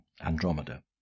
Andromeda